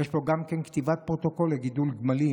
יש פה גם כן כתיבת פרוטוקול לגידול גמלים